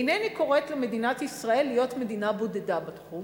אינני קוראת למדינת ישראל להיות מדינה בודדה בתחום,